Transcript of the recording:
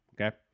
okay